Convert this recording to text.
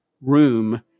room